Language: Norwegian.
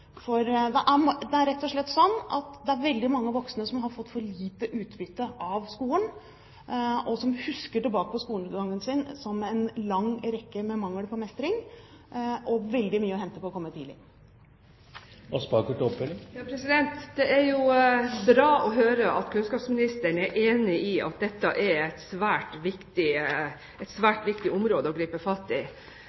det er rett og slett slik at veldig mange voksne har hatt for lite utbytte av skolen, og husker tilbake til skolegangen sin som en lang rekke år med mangel på mestring. Det er veldig mye å hente på å komme inn tidlig. Det er godt å høre at kunnskapsministeren er enig i at dette er et svært viktig